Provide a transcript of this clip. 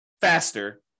faster